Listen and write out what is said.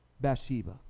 Bathsheba